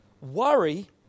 Worry